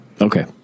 Okay